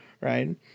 Right